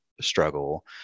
struggle